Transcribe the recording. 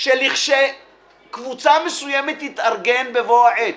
שכאשר קבוצה מסוימת תתארגן בבוא העת,